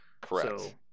Correct